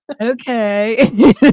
okay